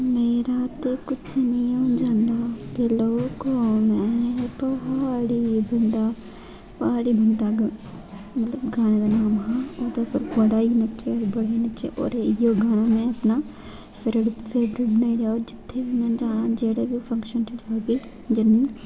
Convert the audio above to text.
मेरा ते कुछ नियो जंदा लोको में प्हाड़ी बंदा गाने दा नांऽ प्हाड़ी बंदा गाने दा नाम हा ओह्दे उप्पर मतलब बड़ा नच्चे बड़ा ही नच्चे होर इ'यो गाना में अपना फिर फेवरेट बनाई लैआ होर जि'त्थें बी में जाना जेह्ड़े बी फंक्शन च जाह्गे ज'न्नी